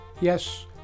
Yes